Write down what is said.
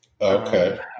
Okay